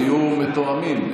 תהיו מתואמים.